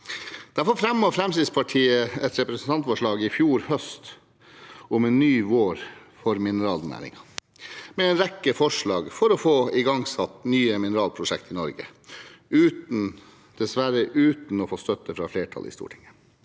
Derfor fremmet Fremskrittspartiet et representantforslag i fjor høst om en ny vår for mineralnæringen, med en rekke forslag for å få igangsatt nye mineralprosjekt i Norge, dessverre uten å få støtte fra flertallet i Stortinget.